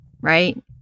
right